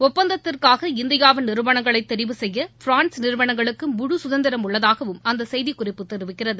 ஒப்பந்தத்திற்காக இந்தியாவின் நிறுவனங்களை தெரிவு செய்ய பிரான்ஸ் நிறுவனங்களுக்கு முழு சுதந்திரம் உள்ளதாகவும் அந்த செய்திக்குறிப்பு தெரிவிக்கிறது